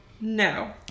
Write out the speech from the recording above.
No